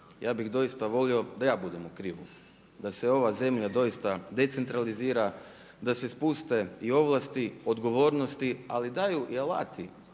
Ja bih doista volio da ja budem u krivu, da se ova zemlja doista decentralizira, da se spuste i ovlasti, odgovornosti, ali daju i alati,